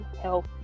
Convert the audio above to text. health